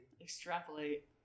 extrapolate